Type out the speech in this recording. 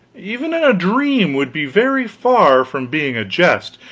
even in a dream, would be very far from being a jest,